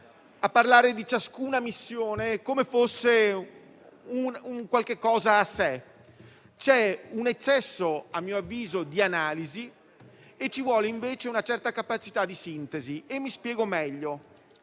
a parlare di ciascuna missione come fosse un qualcosa a sé. C'è, a mio avviso, un eccesso di analisi ma ci vuole invece una certa capacità di sintesi. Mi spiego meglio.